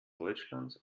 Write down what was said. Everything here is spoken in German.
deutschlands